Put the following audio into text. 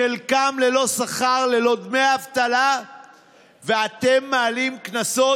חלקם ללא שכר, ללא דמי אבטלה, ואתם מעלים קנסות?